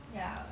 ya